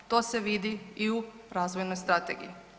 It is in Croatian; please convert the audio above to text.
To se vidi i u razvojnoj strategiji.